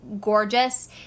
gorgeous